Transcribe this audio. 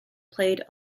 played